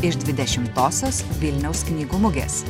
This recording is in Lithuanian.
iš dvidešimtosios vilniaus knygų mugės